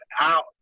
out